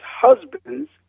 husbands